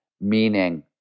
meaning